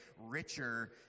richer